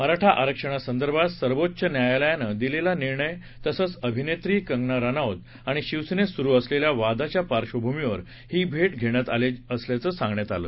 मराठा आरक्षणासंदर्भात सर्वोच्च न्यायालयानं दिलेला निर्णय तसंच अभिनेत्री कंगना राणावत आणि शिवसेनेत सुरु असलेल्या वादाच्या पार्श्वभूमीवर ही भेट घेण्यात आली असल्याचं सांगण्यात आलं